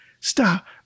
stop